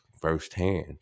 firsthand